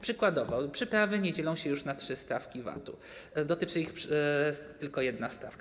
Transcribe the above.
Przykładowo przyprawy nie dzielą się już na trzy stawki VAT-u, dotyczy ich tylko jedna stawka.